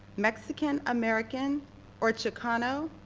mexican-american or chicano,